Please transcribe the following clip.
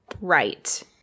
right